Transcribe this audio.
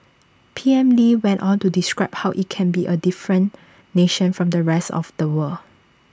P M lee went on to describe how IT can be A different nation from the rest of the world